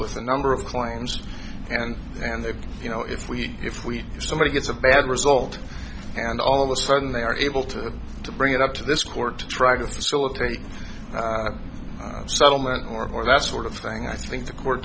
with a number of claims and then the you know if we if we somebody gets a bad result and all of a sudden they are able to to bring it up to this court to try to facilitate a settlement or more that's sort of thing i think the court